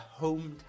hometown